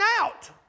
out